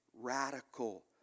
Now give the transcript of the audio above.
radical